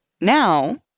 now